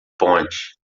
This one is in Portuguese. ponte